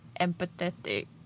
empathetic